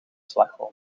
slagroom